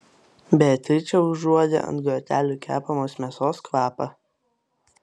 beatričė užuodė ant grotelių kepamos mėsos kvapą